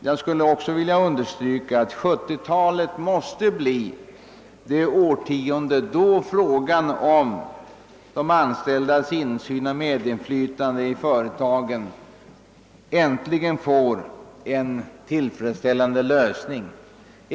Jag skulle också vilja understryka att 1970-talet måste bli det årtionde, då frågan om de anställdas insyn och medinflytande i företagen äntligen får en tillfredsställande lösning.